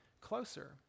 closer